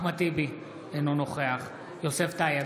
אינו נוכח יוסף טייב,